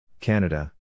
Canada